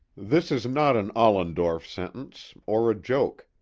this is not an ollendorf sentence, or a joke,